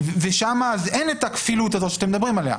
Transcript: -- ושם אז אין את הכפילות הזאת שאתם מדברים עליה.